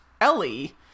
Ellie